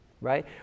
right